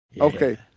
Okay